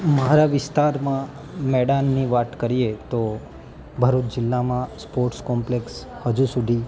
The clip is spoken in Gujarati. મારા વિસ્તારમાં મેદાનની વાત કરીએ તો ભરૂચ જિલ્લામાં સ્પોર્ટ્સ કોમ્પ્લેકસ હજુ સુધી